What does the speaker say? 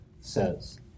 says